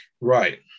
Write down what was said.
right